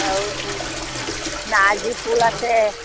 আৰু নাৰ্জি ফুল আছে